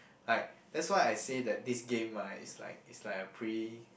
like that's why I say that this game right is like is like a pre